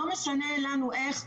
לא משנה לנו איך,